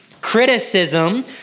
Criticism